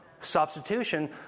substitution